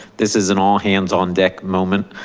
this is an all hands on deck moment.